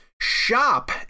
Shop